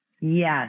Yes